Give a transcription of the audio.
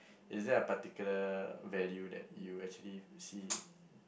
is there a particular value that you actually see